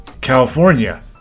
California